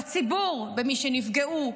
בציבור, במי שנפגעו,